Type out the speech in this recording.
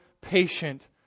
patient